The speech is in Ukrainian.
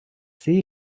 всі